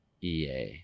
EA